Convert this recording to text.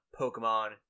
Pokemon